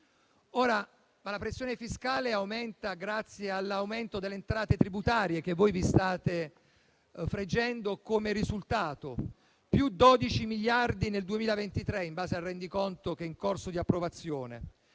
La pressione fiscale aumenta grazie all'aumento delle entrate tributarie che voi state vantando come risultato: +12 miliardi nel 2023 in base al rendiconto che è in corso di approvazione